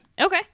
Okay